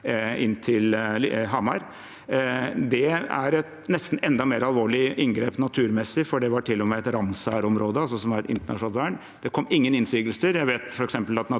til Hamar. Det er et nesten enda mer alvorlig inngrep naturmessig, for det var til og med et Ramsar-område, som er internasjonalt vern. Det kom ingen innsigelser. Jeg vet at